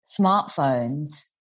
smartphones